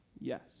Yes